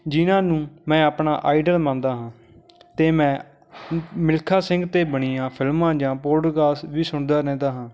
ਜਿਨ੍ਹਾਂ ਨੂੰ ਮੈਂ ਆਪਣਾ ਆਈਡਲ ਮੰਨਦਾ ਹਾਂ ਅਤੇ ਮੈਂ ਮਿਲਖਾ ਸਿੰਘ 'ਤੇ ਬਣੀਆਂ ਫਿਲਮਾਂ ਜਾਂ ਪੋਡਕਾਸ ਵੀ ਸੁਣਦਾ ਰਹਿੰਦਾ ਹਾਂ